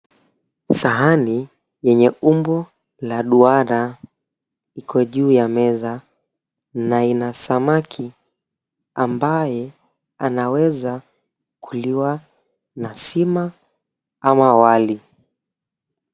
Sahani yenye umbo la duara, iko juu ya meza. Na ina samaki, ambaye anaweza kuliwa na sima ama wali.